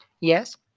Yes